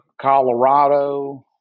Colorado